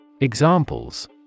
Examples